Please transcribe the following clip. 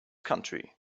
country